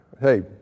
hey